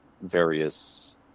various